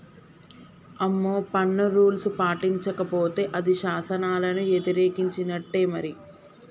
అమ్మో పన్ను రూల్స్ పాటించకపోతే అది శాసనాలను యతిరేకించినట్టే మరి